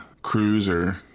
cruiser